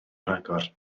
rhagor